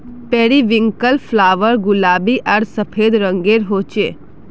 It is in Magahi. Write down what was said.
पेरिविन्कल फ्लावर गुलाबी आर सफ़ेद रंगेर होचे